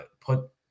put